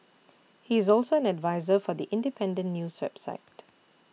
he is also an adviser for The Independent news website